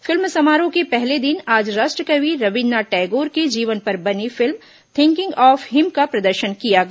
film समारोह के पहले दिन आज राष्ट्रकवि रविन्द्रनाथ टैगोर के जीवन पर बनी फिल्म थिंकिंग ऑफ हिम का प्रदर्शन किया गया